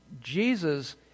Jesus